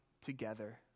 together